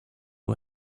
who